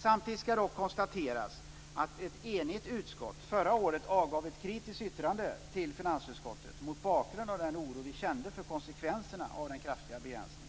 Samtidigt ska dock konstateras att ett enigt utskott förra året avgav ett kritiskt yttrande till finansutskottet mot bakgrund av den oro som vi kände för konsekvenserna av den kraftiga begränsning